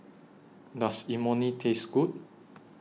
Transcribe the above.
Does Imoni Taste Good